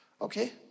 Okay